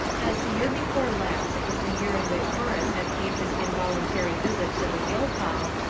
as the year before last was the year in which horace had paid his involuntary visit to the guildhall,